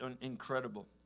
incredible